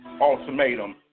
Ultimatum